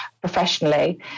professionally